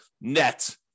net